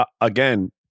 Again